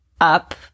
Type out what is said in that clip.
up